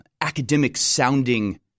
academic-sounding